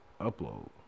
upload